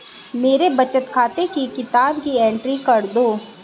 मेरे बचत खाते की किताब की एंट्री कर दो?